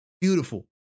Beautiful